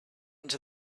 into